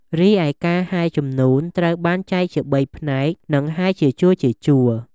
រីឯការហែជំនូនត្រូវបានចែកជាបីផ្នែក និងហែជាជួរៗ។